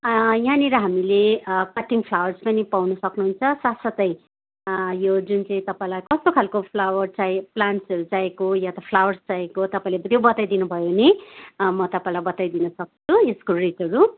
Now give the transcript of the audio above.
यहाँनिर हामीले cutting flowers पनि पाउनु सक्नुहुन्छ साथसाथै यो जुन चाहिँ तपाईँलाई कस्तो खालको फ्लावर चाहे प्लान्ट्सहरू चाहिएको हो या त फ्लावर्स चाहिएको हो तपाईँले त्यो बताइ दिनुभयो भने म तपाईँलाई बताइ दिनुसक्छु यसको रेटहरू